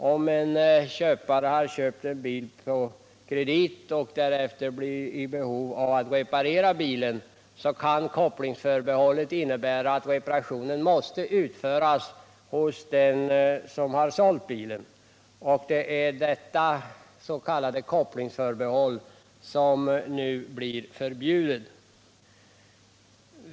Om en köpare på kredit har köpt en bil som därefter blir i behov av reparation, kan kopplingsförbehållet innebära att reparationen måste utföras hos den som har sålt bilen. Det är detta s.k. kopplingsförbehåll som nu blir förbjudet.